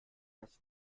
das